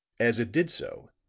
as it did so,